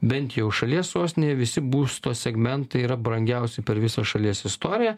bent jau šalies sostinėj visi būsto segmentai yra brangiausi per visą šalies istoriją